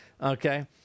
Okay